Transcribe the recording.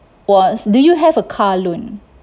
was do you have a car loan